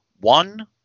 one